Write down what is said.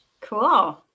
Cool